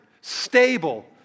stable